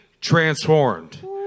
transformed